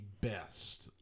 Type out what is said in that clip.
best